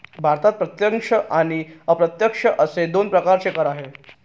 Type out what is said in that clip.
भारतात प्रत्यक्ष आणि अप्रत्यक्ष असे दोन प्रकारचे कर आहेत